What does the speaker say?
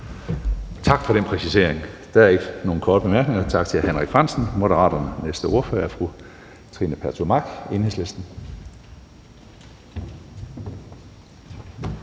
Tak for den præcisering. Der er ikke nogen korte bemærkninger. Tak til hr. Henrik Frandsen, Moderaterne. Næste ordfører er fru Trine Pertou Mach, Enhedslisten.